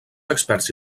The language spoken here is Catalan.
experts